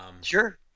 Sure